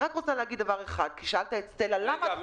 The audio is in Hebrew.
אני